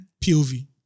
POV